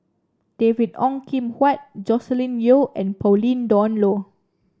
David Ong Kim Huat Joscelin Yeo and Pauline Dawn Loh